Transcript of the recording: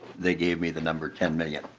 they give me the number ten million.